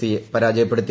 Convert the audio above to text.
സിയെ പരാജയപ്പെടുത്തി